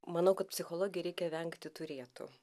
manau kad psichologijoj reikia vengti turėtų